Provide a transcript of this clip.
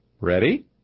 ready